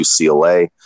UCLA